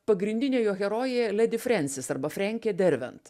pagrindinė jo herojė ledi frensis arba frenkė dervent